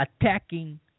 attacking